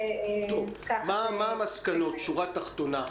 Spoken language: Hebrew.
מה המסקנות, מה השורה התחתונה?